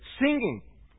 singing